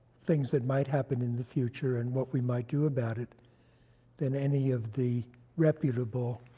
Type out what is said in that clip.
things that might happen in the future and what we might do about it than any of the reputable